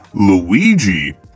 Luigi